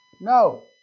No